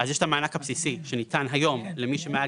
יש את המענק הבסיסי שניתן היום למי שמעל